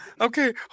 Okay